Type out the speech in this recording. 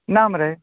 ना मरे